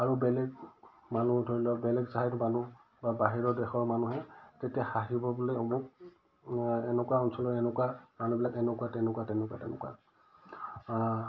আৰু বেলেগ মানুহ ধৰি লওক বেলেগ ঠাইৰ মানুহ বা বাহিৰৰ দেশৰ মানুহে তেতিয়া হাঁহিব বুলি অমুক এনেকুৱা অঞ্চলৰ এনেকুৱা মানুহবিলাক এনেকুৱা তেনেকুৱা তেনেকুৱা তেনেকুৱা